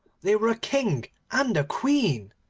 they were a king and a queen.